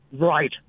Right